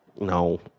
No